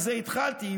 מזה התחלתי.